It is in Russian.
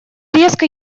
резко